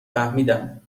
فهمیدم